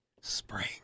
Spring